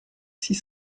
six